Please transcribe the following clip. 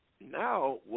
now